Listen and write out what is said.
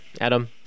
Adam